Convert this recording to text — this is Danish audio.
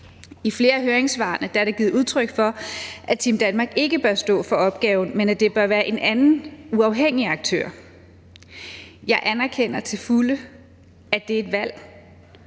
I flere af høringssvarene er der givet udtryk for, at Team Danmark ikke bør stå for opgaven, men at det bør være en anden, uafhængig aktør. Jeg anerkender til fulde, at det er et valg;